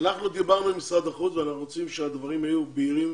אנחנו דיברנו עם משרד החוץ ואנחנו רוצים שהדברים יהיו בהירים